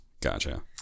Gotcha